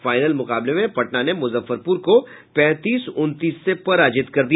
final मुकाबले में पटना ने मुजफ्फरपुर को पैंतीस उनतीस से पराजित कर दिया